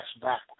backwards